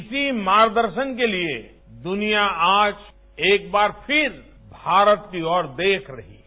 इसी मार्ग दर्शन के लिए दुनिया आज एक बार फिर भारत की ओर देख रहा है